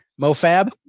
MoFab